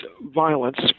violence